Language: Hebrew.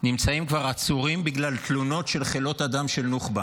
נמצאים כבר עצורים בגלל תלונות של חלאות אדם של נוח'בה.